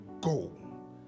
Go